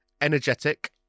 Energetic